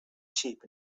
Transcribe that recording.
sheep